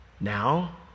Now